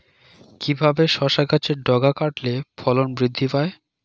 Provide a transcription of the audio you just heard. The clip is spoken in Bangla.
কিভাবে শসা গাছের ডগা কাটলে ফলন বৃদ্ধি পায়?